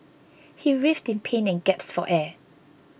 he writhed in pain and gaps for air